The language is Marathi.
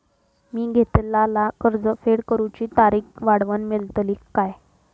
मी घेतलाला कर्ज फेड करूची तारिक वाढवन मेलतली काय?